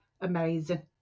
amazing